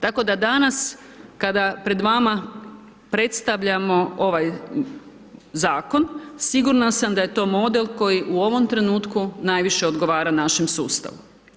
Tako da danas kada pred vama predstavljamo ovaj zakon sigurna sam da je to model koji u ovom trenutku najviše odgovara našem sustavu.